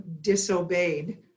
disobeyed